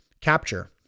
Capture